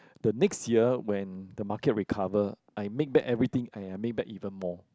the next year when the market recover I make back everything I make back even more